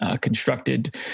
constructed